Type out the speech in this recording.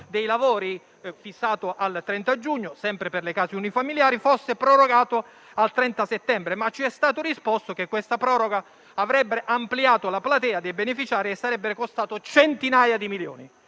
dei lavori, fissato al 30 giugno, sempre per le case unifamiliari, fosse prorogato al 30 settembre. Ci è stato risposto che questa proroga avrebbe ampliato la platea dei beneficiari e sarebbe costata centinaia di milioni.